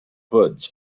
hoods